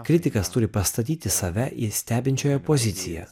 kritikas turi pastatyti save į stebinčiojo poziciją